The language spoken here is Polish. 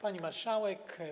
Pani Marszałek!